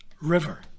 river